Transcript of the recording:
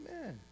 Amen